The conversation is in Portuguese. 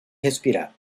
respirar